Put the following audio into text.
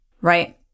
Right